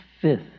fifth